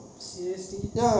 seriously